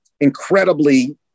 incredibly